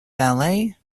ballet